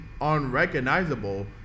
unrecognizable